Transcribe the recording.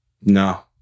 No